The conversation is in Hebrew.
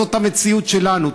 זאת המציאות שלנו,